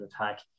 attack